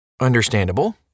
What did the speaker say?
understandable